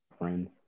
friends